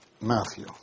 Matthew